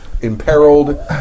imperiled